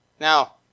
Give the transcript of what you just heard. Now